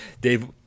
Dave